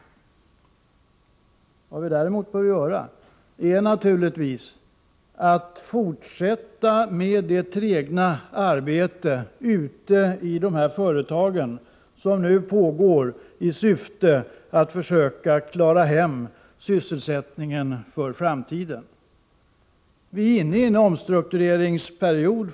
Vad vi däremot bör göra är naturligtvis att fortsätta följa det trägna arbete som nu pågår ute i de här företagen i syfte att försöka klara hem sysselsättningen för framtiden. Svenska Varv är inne i en omstruktureringsperiod.